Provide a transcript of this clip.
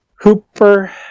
Hooper